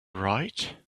right